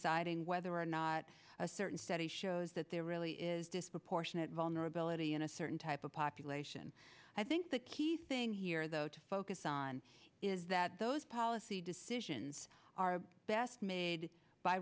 and whether or not a certain study shows that there really is disproportionate vulnerability in a certain type of population i think the key thing here though to focus on is that those policy decisions are best made by